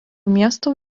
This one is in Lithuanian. miesto